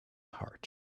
heart